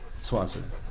Swanson